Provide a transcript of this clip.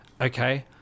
Okay